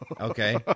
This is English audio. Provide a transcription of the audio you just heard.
okay